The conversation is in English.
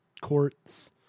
courts